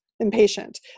Impatient